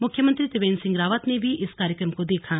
मुख्यमंत्री त्रिवेंद्र सिंह रावत ने भी इस कार्यक्रम को देखा